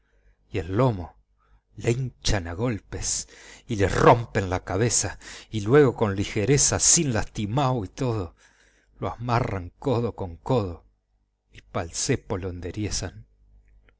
y el lomo le hinchan a golpes y le rompen la cabeza y luego con ligereza ansí lastimao y todo lo amarran codo a codo y pa el cepo lo enderiezan